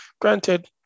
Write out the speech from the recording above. Granted